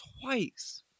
twice